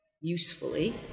usefully